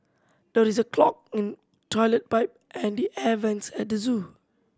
there is a clog in toilet pipe and the air vents at the zoo